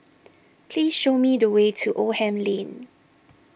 please show me the way to Oldham Lane